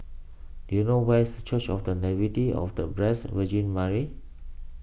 do you know where is Church of the Nativity of the Blessed Virgin Mary